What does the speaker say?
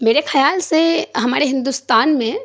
میرے خیال سے ہمارے ہندوستان میں